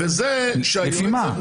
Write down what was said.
לפי מה?